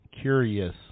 curious